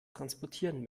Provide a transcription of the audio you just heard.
transportieren